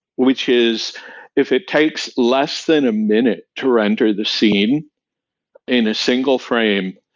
which is if it takes less than a minute to render the scene in a single frame,